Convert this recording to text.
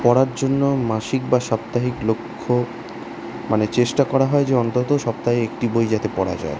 পড়ার জন্য মাসিক বা সাপ্তাহিক লক্ষ্য মানে চেষ্টা করা হয় যে অন্তত সপ্তাহে একটি বই যাতে পড়া যায়